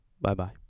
Bye-bye